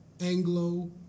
Anglo